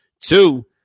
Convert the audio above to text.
Two